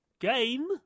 game